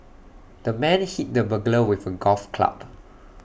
the man hit the burglar with A golf club